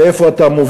לאן אתה מוביל?